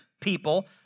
people